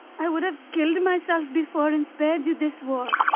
i would have killed myself before and spared you this war.